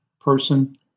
person